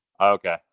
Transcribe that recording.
Okay